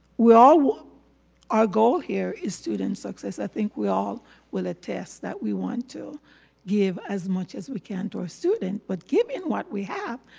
we all want our goal here is student success. i think we all will attest that we want to give as much as we can to our student but giving what we have,